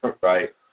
right